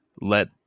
let